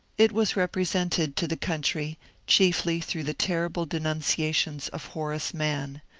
it was represented to the country chiefly through the terrible denunciations of horace mann,